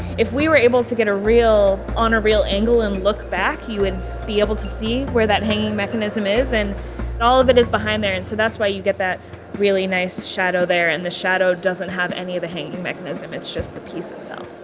if we were able to get on a real angle and look back, you would be able to see where that hanging mechanism is, and all of it is behind there. and so that's why you get that really nice shadow there and the shadow doesn't have any of the hanging mechanism. it's just the piece itself